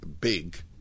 big